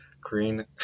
green